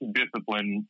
discipline